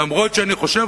אף-על-פי שאני חושב,